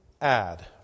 add